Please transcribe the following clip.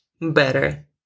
better